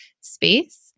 space